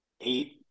eight